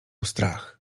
strach